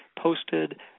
posted